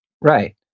right